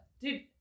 Dude